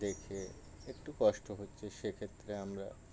দেখে একটু কষ্ট হচ্ছে সেক্ষেত্রে আমরা